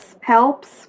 helps